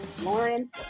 Lauren